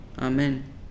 Amen